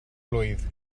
blwydd